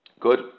Good